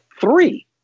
three